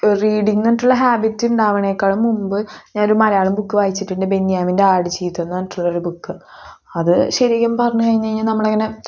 റീഡിങ്ന്ന് പറഞ്ഞിട്ടുള്ള ഹാബിറ്റ് ഉണ്ടാവണേനും മുൻപ് ഞാനൊരു മലയാളം ബുക്ക് വായിച്ചിട്ടുണ്ട് ബെന്യാമീൻ്റെ ആട് ജീവിതംന്ന് പറഞ്ഞിട്ടൊള്ളോരു ബുക്ക് അത് ശരിക്കും പറഞ്ഞ് കഴിഞ്ഞ് കഴിഞ്ഞാൽ നമ്മളിങ്ങനെ